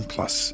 Plus